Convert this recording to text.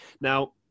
Now